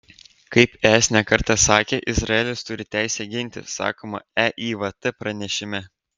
kaip es ne kartą sakė izraelis turi teisę gintis sakoma eivt pranešime